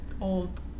old